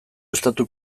estatu